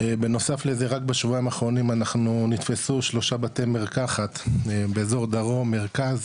בנוסף לזה רק בשבועיים האחרונים נתפסו שלושה בתי מרקחת באזור דרום-מרכז